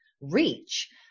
reach